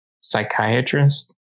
psychiatrist